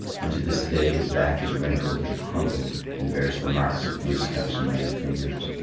and to this day his back is wrinkled and crumpled and bears the marks of glooskap's mighty fingers.